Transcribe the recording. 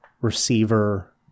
receiver